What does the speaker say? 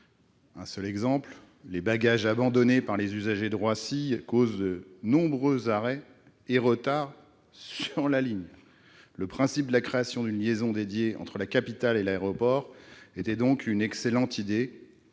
un seul exemple : les bagages abandonnés par les usagers de Roissy causent de nombreux arrêts et retards sur la ligne. Sur le principe, l'idée de créer une liaison dédiée entre la capitale et l'aéroport était donc excellente,